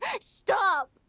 stop